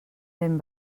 ben